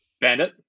Bandit